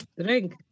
Drink